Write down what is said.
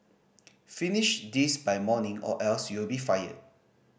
finish this by morning or else you'll be fired